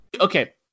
okay